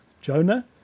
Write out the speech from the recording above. Jonah